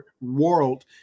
World